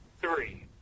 Three